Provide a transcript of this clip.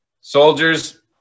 soldiers